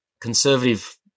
conservative